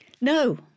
No